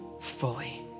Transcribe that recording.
fully